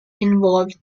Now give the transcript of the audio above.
involved